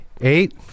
Eight